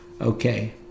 okay